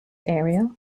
area